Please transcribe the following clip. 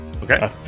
Okay